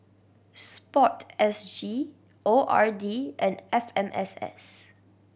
Sport S G O R D and F M S S